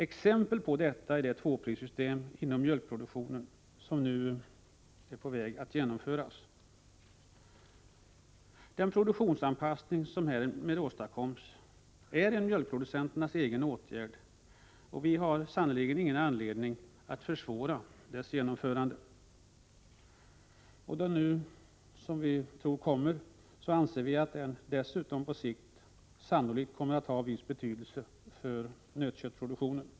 Exempel på detta är det tvåprissystem inom mjölkproduktionen som nu är på väg att genomföras. Den produktionsanpassning som härmed åstadkoms är en mjölkproducenternas egen åtgärd, och vi har sannerligen ingen anledning att försvåra dess genomförande. Då den nu troligen kommer, anser vi att den dessutom på sikt sannolikt kommer att ha viss betydelse för nötköttsproduktionen.